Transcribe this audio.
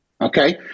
Okay